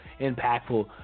impactful